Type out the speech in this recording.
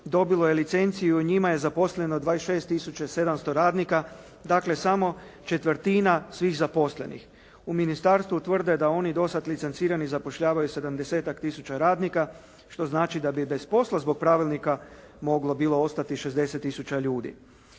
dobilo je licenciju i u njima je zaposleno 26 tisuća 700 radnika, dakle samo četvrtina svih zaposlenih. U ministarstvu tvrde da oni do sad licencirani zapošljavaju sedamdesetak tisuća radnika, što znači da bi bez posla zbog pravilnika moglo bilo ostati 60 tisuća ljudi.